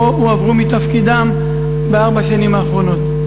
או הועברו מתפקידם בארבע השנים האחרונות?